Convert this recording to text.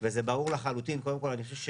וזה ברור לחלוטין, קודם כל אני חושב,